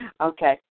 Okay